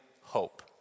hope